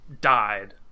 died